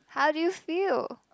how do you feel